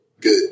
Good